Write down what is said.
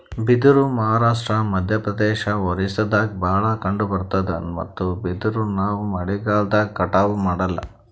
ಬಿದಿರ್ ಮಹಾರಾಷ್ಟ್ರ, ಮಧ್ಯಪ್ರದೇಶ್, ಒರಿಸ್ಸಾದಾಗ್ ಭಾಳ್ ಕಂಡಬರ್ತಾದ್ ಮತ್ತ್ ಬಿದಿರ್ ನಾವ್ ಮಳಿಗಾಲ್ದಾಗ್ ಕಟಾವು ಮಾಡಲ್ಲ